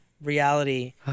reality